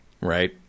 Right